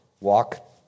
Walk